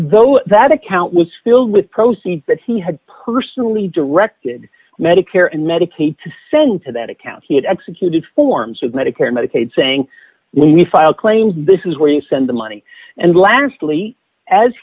though that account was filled with proceeds that he had personally directed medicare and medicaid to send to that account he had executed forms of medicare medicaid saying when we file claims this is where you send the money and last